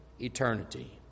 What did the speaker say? eternity